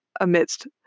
amidst